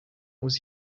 was